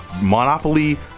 Monopoly